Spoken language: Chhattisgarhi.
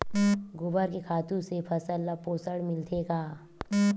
गोबर के खातु से फसल ल पोषण मिलथे का?